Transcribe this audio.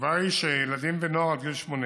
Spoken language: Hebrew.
התשובה היא שילדים ונוער עד גיל 18